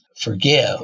forgive